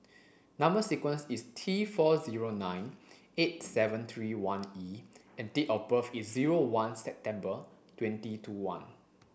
number sequence is T four zero nine eight seven three one E and date of birth is zero one September twenty two one